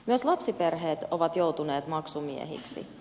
myös lapsiperheet ovat joutuneet maksumiehiksi